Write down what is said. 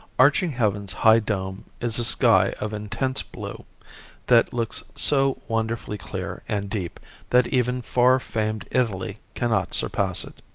arching heaven's high dome is a sky of intense blue that looks so wonderfully clear and deep that even far-famed italy cannot surpass it.